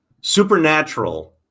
supernatural